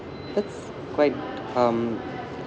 that's quite um